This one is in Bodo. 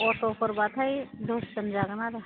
अट'फोरबाथाय दसजोन जागोन आरो